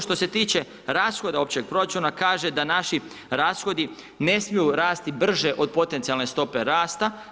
Što se tiče rashoda općeg proračuna kaže da naši rashodi ne smiju rasti brže od potencijalne stope rasta.